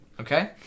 Okay